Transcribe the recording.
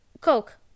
Coke